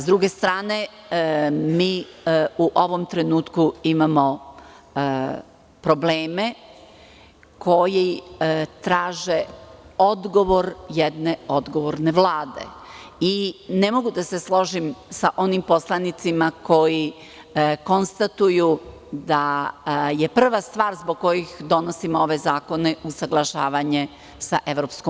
Sa druge strane mi u ovom trenutku imamo probleme koji traže odgovor jedne odgovorne vlade i ne mogu da se složim sa onim poslanicima koji konstatuju da je prva stvar zbog kojih donosimo ove zakone usaglašavanje sa EU.